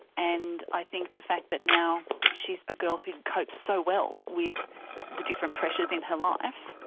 and i think the fact that now she's a girl who copes so well with the different pressures in her life,